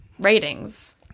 ratings